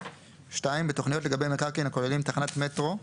(2) בתוכניות לגבי מקרקעין הכוללים תחנת מטרו,